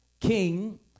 king